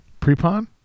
Prepon